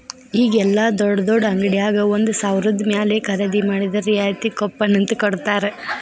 ಈಗ ಯೆಲ್ಲಾ ದೊಡ್ಡ್ ದೊಡ್ಡ ಅಂಗಡ್ಯಾಗ ಒಂದ ಸಾವ್ರದ ಮ್ಯಾಲೆ ಖರೇದಿ ಮಾಡಿದ್ರ ರಿಯಾಯಿತಿ ಕೂಪನ್ ಅಂತ್ ಕೊಡ್ತಾರ